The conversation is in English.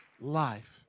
life